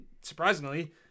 surprisingly